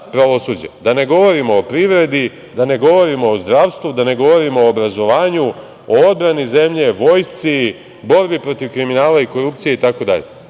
da ne govorimo o privredi, da ne govorimo o zdravstvu, da ne govorimo o obrazovanju, o odbrani zemlje, vojsci, borbi protiv kriminala i korupcije i